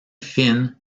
fines